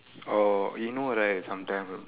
orh you know right sometime